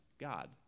God